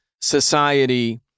society